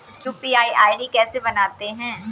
UPI ID कैसे बनाते हैं?